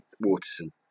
Waterson